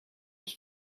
was